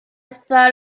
thought